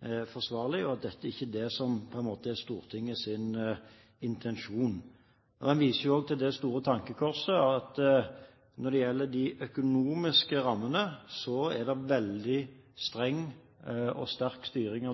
at ikke er forsvarlig, og at dette ikke er Stortingets intensjon. Man viser til det tankekors at når det gjelder de økonomiske rammene, er det veldig streng og sterk styring,